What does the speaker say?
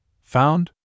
Found